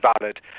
valid